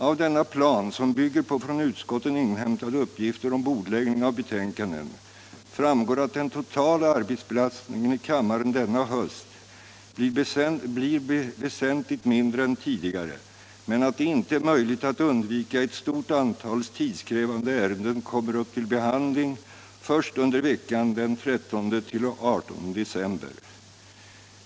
Av denna plan, som bygger på från utskotten inhämtade uppgifter om bordläggning av betänkanden, framgår att den totala arbetsbelastningen i kammaren denna höst blir väsentligt mindre än tidigare men att det inte är möjligt att undvika att ett stort antal tidskrävande ärenden kommer upp till behandling först under veckan den 13-18 december.